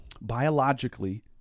Biologically